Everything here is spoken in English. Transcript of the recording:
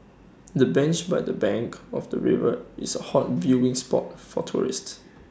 the bench by the bank of the river is A hot viewing spot for tourists